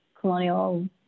colonial